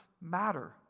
matter